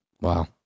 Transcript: Wow